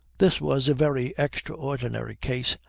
this was a very extraordinary case,